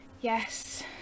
yes